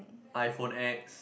iPhone X